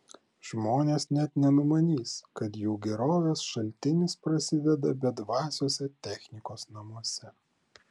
žmonės net nenumanys kad jų gerovės šaltinis prasideda bedvasiuose technikos namuose